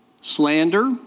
slander